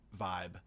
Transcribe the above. vibe